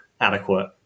adequate